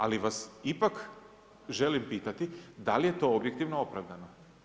Ali vas ipak želim pitati da li je to objektivno opravdano.